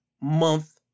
month